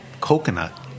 coconut